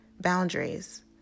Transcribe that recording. boundaries